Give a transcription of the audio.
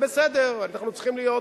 זה בסדר, אנחנו צריכים להיות,